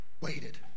waited